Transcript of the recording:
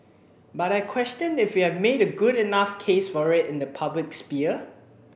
but I question if you've made a good enough case for it in the public sphere